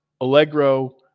allegro